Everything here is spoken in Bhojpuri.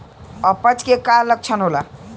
अपच के का लक्षण होला?